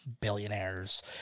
billionaires